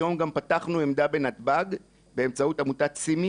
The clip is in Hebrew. היום גם פתחנו עמדה בנתב"ג, באמצעות עמותת SIMI